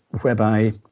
whereby